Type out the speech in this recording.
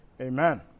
amen